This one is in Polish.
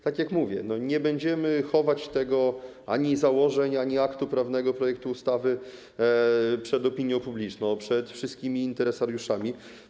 Tak jak mówię, nie będziemy chować ani założeń, ani aktu prawnego, projektu ustawy przed opinią publiczną, przed wszystkimi interesariuszami.